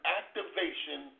activation